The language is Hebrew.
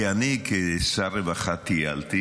כי אני כשר רווחה טיילתי